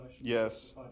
Yes